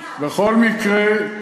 בבנייה.